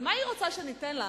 על מה היא רוצה שניתן לה